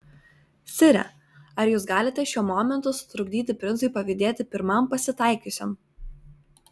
sire ar jūs galite šiuo momentu sutrukdyti princui pavydėti pirmam pasitaikiusiam